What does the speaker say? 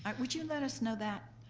um would you let us know that?